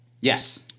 Yes